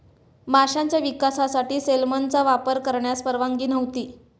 माशांच्या विकासासाठी सेलमनचा वापर करण्यास परवानगी नव्हती